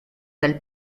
del